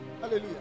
hallelujah